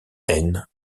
haine